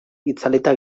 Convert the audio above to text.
itzalita